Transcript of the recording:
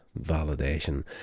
validation